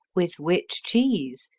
with which cheese?